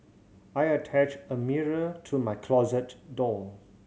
I attached a mirror to my closet door